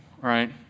right